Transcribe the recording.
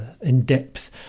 in-depth